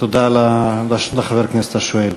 ותודה לחבר הכנסת השואל.